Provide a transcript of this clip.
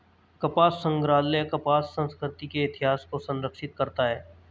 कपास संग्रहालय कपास संस्कृति के इतिहास को संरक्षित करता है